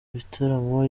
bitaramo